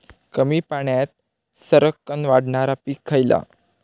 कमी पाण्यात सरक्कन वाढणारा पीक खयला?